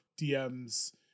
DMs